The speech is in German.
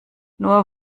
nur